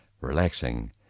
Relaxing